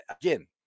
Again